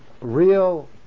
Real